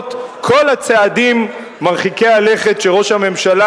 למרות כל הצעדים מרחיקי הלכת שראש הממשלה